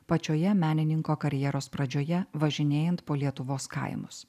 pačioje menininko karjeros pradžioje važinėjant po lietuvos kaimus